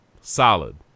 Solid